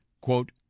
quote